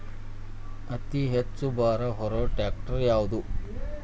ಅತಿ ಹೆಚ್ಚ ಭಾರ ಹೊರು ಟ್ರ್ಯಾಕ್ಟರ್ ಯಾದು?